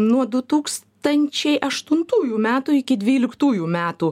nuo du tūkstančiai aštuntųjų metų iki dvyliktųjų metų